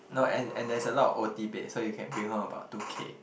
no and and there's a lot o_t base so you can bring home about two K